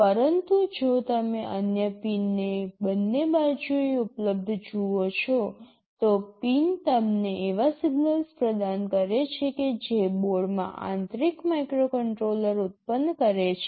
પરંતુ જો તમે અન્ય પિનને બંને બાજુએ ઉપલબ્ધ જુઓ છો તો પિન તમને એવા સિગ્નલસ પ્રદાન કરે છે કે જે બોર્ડમાં આંતરિક માઇક્રોકન્ટ્રોલર ઉત્પન્ન કરે છે